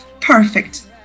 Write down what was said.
perfect